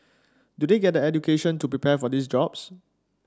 do they get the education to prepare for these jobs